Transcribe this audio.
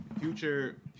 Future